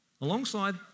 Alongside